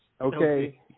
Okay